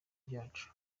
byacu